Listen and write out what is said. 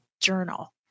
journal